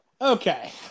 okay